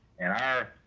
and our